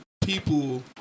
people